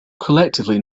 collectively